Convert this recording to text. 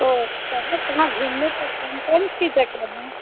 तो यहाँ इतना घूमने का कौन कौन सी जगह है